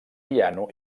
piano